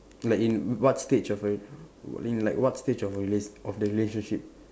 like in what stage of a in like what stage a relate~ of the relationship